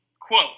quote